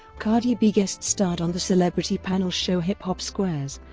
cardi b guest-starred on the celebrity panel show hip hop squares,